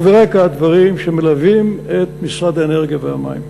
וברקע הדברים שמלווים את משרד האנרגיה והמים,